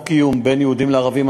לפגיעה בדו-קיום בין יהודים לערבים,